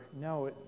No